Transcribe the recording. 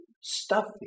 Stuffy